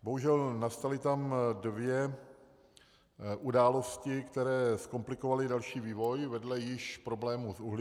Bohužel nastaly tam dvě události, které zkomplikovaly další vývoj vedle již problému s uhlím.